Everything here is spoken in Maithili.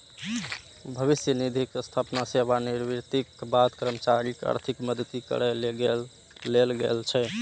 भविष्य निधिक स्थापना सेवानिवृत्तिक बाद कर्मचारीक आर्थिक मदति करै लेल गेल छै